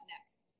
next